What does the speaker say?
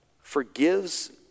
forgives